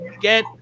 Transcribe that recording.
get –